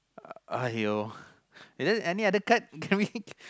!aiyo! is there any other card you tell me